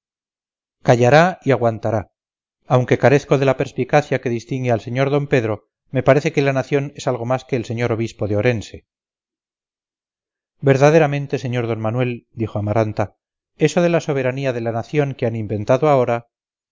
callará y aguantará aunque carezco de la perspicacia que distingue al señor d pedro me parece que la nación es algo más que el señor obispo de orense verdaderamente sr d manuel dijo amaranta eso de la soberanía de la nación que han inventado ahora